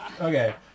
Okay